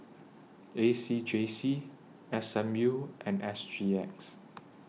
A C J C S M U and S G X